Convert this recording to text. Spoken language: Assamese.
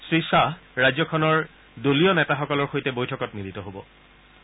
শ্ৰীশ্বাহ ৰাজ্যখনৰ দলীয় নেতাসকলৰ সৈতে বৈঠকত মিলিত হ'ব